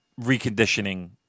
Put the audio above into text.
reconditioning